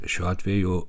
šiuo atveju